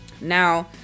now